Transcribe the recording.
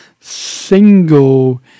single